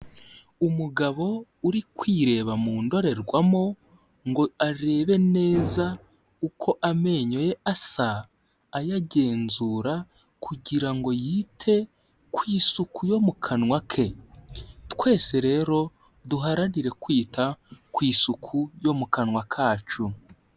Umugabo uri kwireba mu ndorerwamo ngo arebe neza uko amenyo ye asa ayagenzura kugira ngo yite ku isuku yo mu kanwa ke, twese rero duharanire kwita ku isuku yo mu kanwa kacu.